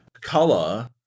Color